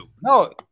No